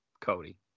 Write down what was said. Cody